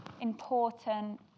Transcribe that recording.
important